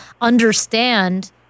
understand